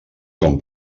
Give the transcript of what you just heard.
com